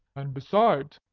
and besides,